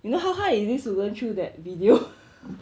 you know how hard is this to learn through that video